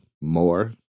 more